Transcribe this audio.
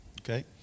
okay